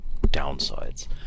downsides